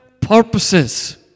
purposes